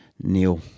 Neil